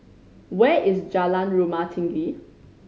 where is Jalan Rumah Tinggi